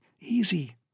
Easy